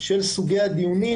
של סוגי הדיונים,